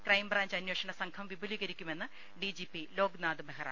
crime branch അനേഷ്ണസംഘം വിപുലീകരിക്കുമെന്ന് DGP Loknath Behera